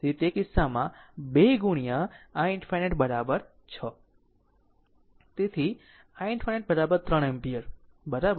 તેથી તે કિસ્સામાં તે 2 ગુણ્યા i ∞ 6 માં છે તેથી i ∞ 3 એમ્પીયર બરાબર